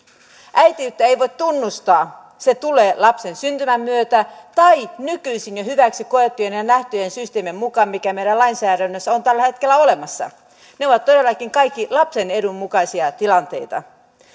äitiyttä ei voi tunnustaa se tulee lapsen syntymän myötä tai nykyisin jo hyväksi koettujen ja nähtyjen systeemien mukaan mitä meillä lainsäädännössä on tällä hetkellä olemassa ne ovat todellakin kaikki lapsen edun mukaisia tilanteita